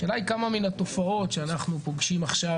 השאלה היא כמה מן התופעות שאנחנו פוגשים עכשיו